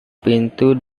pintu